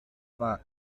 vingt